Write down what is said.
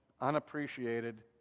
unappreciated